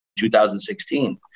2016